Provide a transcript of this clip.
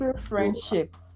friendship